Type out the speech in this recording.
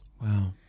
Wow